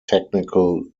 technical